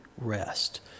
rest